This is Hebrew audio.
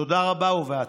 תודה רבה ובהצלחה.